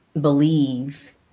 believe